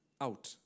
out